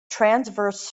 transverse